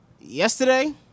Yesterday